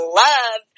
love